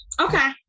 okay